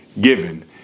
given